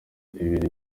ibiri